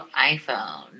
iPhone